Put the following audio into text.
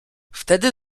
wtedy